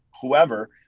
whoever